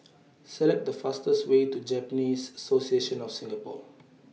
Select The fastest Way to Japanese Association of Singapore